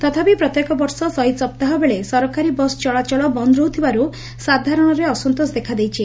ତଥାପି ପ୍ରତ୍ୟେକ ବର୍ଷ ଶହୀଦ ସପ୍ତାହ ବେଳେ ସରକାରୀ ବସ ଚଳାଚଳ ବନ୍ଦ ରହୁଥିବାରୁ ସାଧାରଣରେ ଅସନ୍ତୋଷ ଦେଖାଦେଇଛି